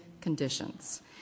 conditions